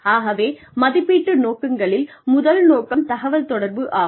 ஆகவே மதிப்பீட்டு நோக்கங்களில் முதல் நோக்கம் தகவல் தொடர்பு ஆகும்